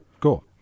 cool